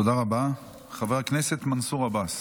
תודה רבה, חבר הכנסת מנסור עבאס.